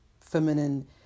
feminine